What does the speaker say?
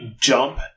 jump